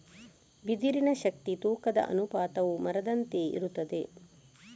ಬಿದಿರಿನ ಶಕ್ತಿ ತೂಕದ ಅನುಪಾತವು ಮರದಂತೆಯೇ ಇರುತ್ತದೆ